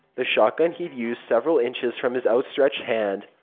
the shotgun he'd used several inches from his outstretched hand.